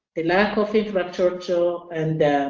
the lack of infrastructure and